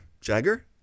Jagger